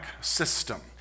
system